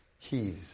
keys